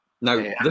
Now